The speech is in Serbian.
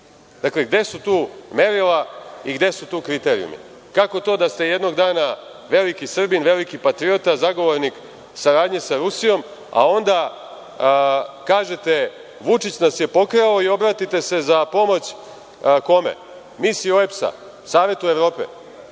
Dakle, gde su tu merila i gde su tu kriterijumi? Kako to da ste jednog dana veliki Srbin, veliki patriota, zagovornik saradnje sa Rusijom, a onda kažete – Vučić nas je pokrao i obratite se za pomoć kome? Misiji OEBS-a, Savetu Evrope,